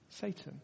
Satan